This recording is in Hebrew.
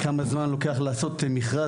כמה זמן לוקח לעשות מכרז,